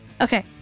Okay